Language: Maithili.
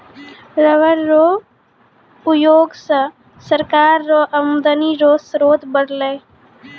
रबर रो उयोग से सरकार रो आमदनी रो स्रोत बरलै